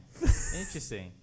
Interesting